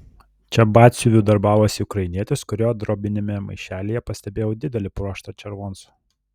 čia batsiuviu darbavosi ukrainietis kurio drobiniame maišelyje pastebėjau didelį pluoštą červoncų